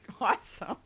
awesome